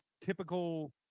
typical